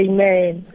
Amen